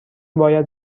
باید